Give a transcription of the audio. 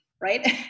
right